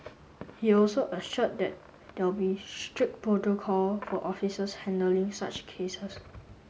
he also assured that there will be strict protocol for officers handling such cases